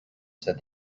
said